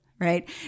right